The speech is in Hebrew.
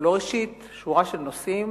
לא ראשית, שורה של נושאים,